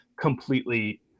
completely